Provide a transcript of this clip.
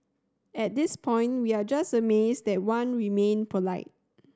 at this point we are just amazed that Wan remained polite